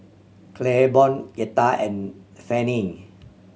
Claiborne Yetta and Fannye